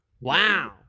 Wow